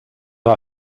war